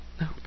no